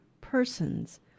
persons